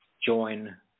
Join